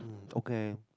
okay